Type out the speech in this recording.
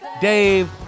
Dave